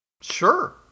Sure